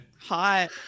Hot